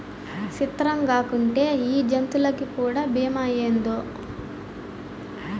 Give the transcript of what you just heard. సిత్రంగాకుంటే ఈ జంతులకీ కూడా బీమా ఏందో